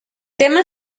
tema